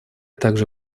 также